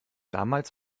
damals